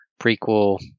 prequel